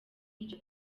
iryo